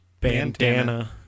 bandana